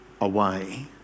away